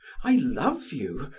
i love you,